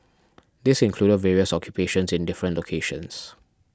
this included various occupations in different locations